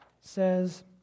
says